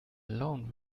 alone